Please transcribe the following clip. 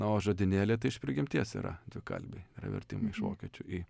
na o žodynėliai tai iš prigimties yra dvikalbiai yra vertimai iš vokiečių į